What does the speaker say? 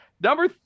Number